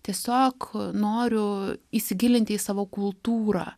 tiesiog noriu įsigilinti į savo kultūrą